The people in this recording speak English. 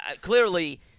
clearly